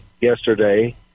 yesterday